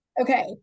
Okay